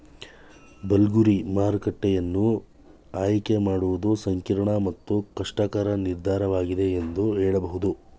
ಬಲ ಗುರಿ ಮಾರುಕಟ್ಟೆಯನ್ನ ಆಯ್ಕೆ ಮಾಡುವುದು ಸಂಕೀರ್ಣ ಮತ್ತು ಕಷ್ಟಕರ ನಿರ್ಧಾರವಾಗಿದೆ ಎಂದು ಹೇಳಬಹುದು